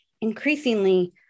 increasingly